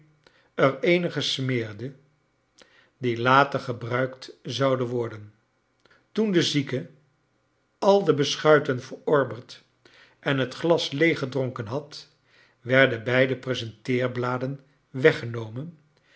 eenige srneerde die later gebruikt zouden worden toen de zieke al de beschuiten verorberd en het glas leeggedronken had werden beide presenteerbladen weggenomen